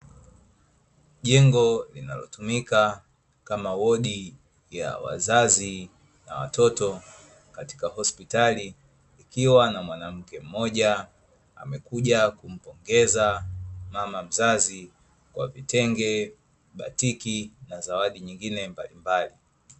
Jengo linalotumka kama wodi ya wazazi na watoto katika hospitali ikiwa na mwanamke mmoja amekuja kumpongeza kwa mavazi yaa kitenge cha batiki na zawadi nyingine mbalimbali.